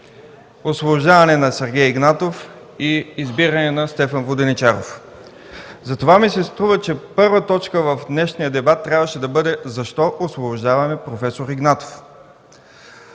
Освобождаване на Сергей Игнатов и Избиране на Стефан Воденичаров. Затова ми се струва, че първа точка в днешния дебат трябваше да бъде защо освобождаваме проф. Игнатов,